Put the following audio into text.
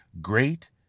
great